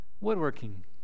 Woodworking